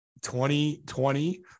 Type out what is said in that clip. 2020